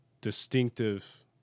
distinctive